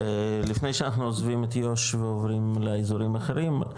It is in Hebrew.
לפני שאנחנו עוזבים את יו"ש ועוברים לאזורים אחרים,